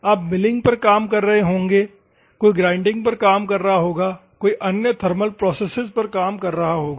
आप मिलिंग पर काम कर रहे होंगे कोई ग्राइंडिंग पर काम कर रहा होगा कोई अन्य थर्मल प्रोसेसेज पर काम कर रहा होगा